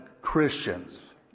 Christians